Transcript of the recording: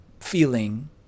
feeling